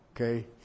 Okay